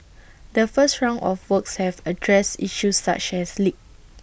the first round of works have addressed issues such as leaks